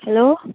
hello